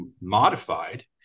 modified